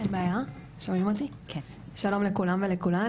שלום לכולם ולכולן,